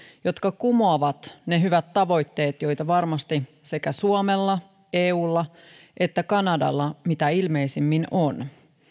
jotka kumoavat ne hyvät tavoitteet joita varmasti sekä suomella eulla että kanadalla mitä ilmeisimmin on